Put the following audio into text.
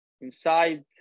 Inside